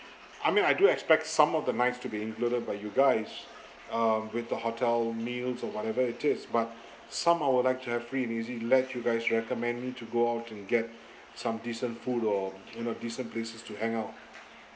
I mean I do expect some of the nights to be included by you guys um with the hotel meals or whatever it is but some I would like to have free and easy let you guys recommend me to go out to get some decent food or you know decent places to hang out